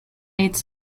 its